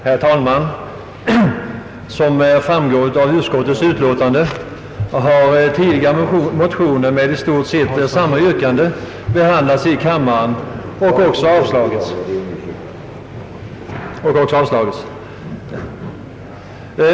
Herr talman! Som framgår av utskottets utlåtande har motioner med i stort sett samma yrkande behandlats i kammaren tidigare och avslagits.